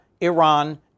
Iran